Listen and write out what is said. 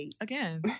again